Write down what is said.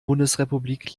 bundesrepublik